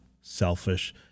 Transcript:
selfish